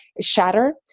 shatter